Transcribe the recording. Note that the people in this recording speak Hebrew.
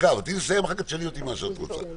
אבל תני לי לסיים ואחר כך תשאלי אותי מה שאת רוצה.